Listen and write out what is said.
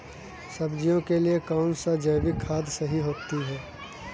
सब्जियों के लिए कौन सी जैविक खाद सही होती है?